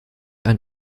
ein